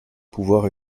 pouvoirs